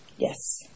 Yes